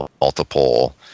multiple